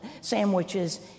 sandwiches